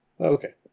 Okay